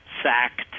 sacked